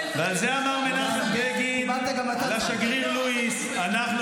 ועל זה אמר מנחם בגין לשגריר לואיס: אנחנו